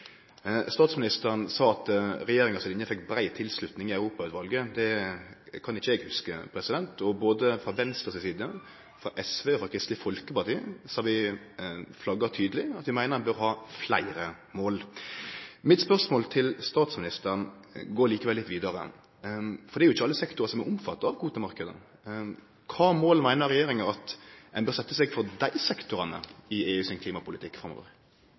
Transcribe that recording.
Statsministeren sa at regjeringa si linje fikk brei tilslutning i Europautvalet. Det kan ikkje eg hugse, og både frå Venstre si side, frå SV si side og frå Kristeleg Folkeparti si side flagga vi tydeleg at vi bør ha fleire mål. Mitt spørsmål til statsministeren går likevel litt vidare, for det er ikkje alle sektorar som er omfatta av kvotemarknaden: Kva mål meiner regjeringa at ein bør setje seg for dei sektorane i EU sin klimapolitikk framover?